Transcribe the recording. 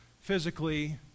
physically